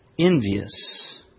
envious